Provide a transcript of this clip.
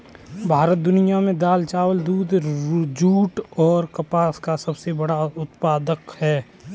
भारत दुनिया में दाल, चावल, दूध, जूट और कपास का सबसे बड़ा उत्पादक है